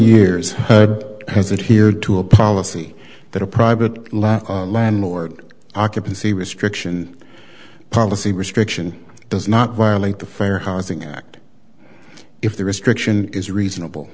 but has it here to a policy that a private landlord occupancy restriction policy restriction does not violate the fair housing act if the restriction is reasonable